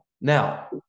Now